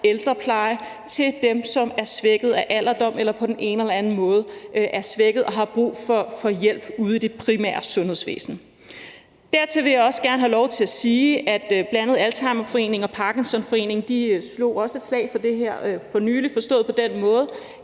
ældrepleje til dem, som er svækket af alderdom eller på den ene eller anden måde er svækket og har brug for hjælp ude i det primære sundhedsvæsen. Dertil vil jeg også gerne have lov til at sige, at bl.a. Alzheimerforeningen og Parkinsonforeningen også slog et slag for det her for nylig forstået på den måde,